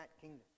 kingdom